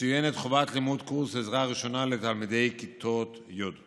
מצוינת חובת לימוד קורס עזרה ראשונה לתלמידי כיתות י'.